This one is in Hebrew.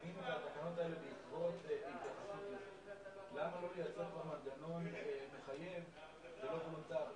מקומיות, למה לא לייצר מנגנון מחייב ולא וולונטרי?